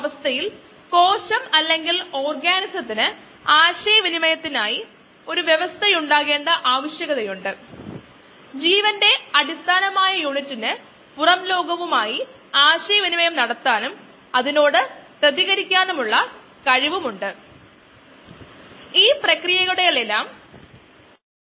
നമ്മൾ മൊത്തം സെൽ സാന്ദ്രത x വേഴ്സസ് സമയത്തിന് പ്ലോട്ട് ചെയ്യുകയാണെങ്കിൽ ഒരു ഇനിഷ്യൽ ലാഗ് ഫേസ് ഉണ്ട് അതിനുശേഷം ഒരു ലോഗ് ഫേസ് ഉണ്ട് തുടർന്ന് ഇത് സ്റ്റേഷനറി ഫേസ് ആണെന്ന് തോന്നുന്നു പക്ഷേ ഇത് യഥാർത്ഥത്തിൽ സെകണ്ടറി ലാഗ് ഫേസ് ആണ് തുടർന്ന് വളർച്ച സംഭവിക്കുന്നു